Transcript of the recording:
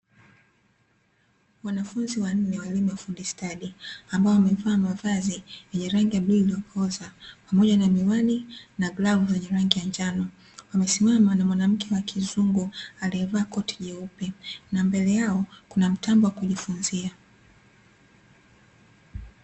Wanafunzi wanne walimu wa fundi stadi ambao wamevaa mavazi yenye rangi ya bluu iliyokoza pamoja na miwani na glavu zenye rangi ya njano, wamesimama na mwanamke wa kizungu aliyevaa koti jeupe na mbele yao kuna mtambo wa kujifunzia.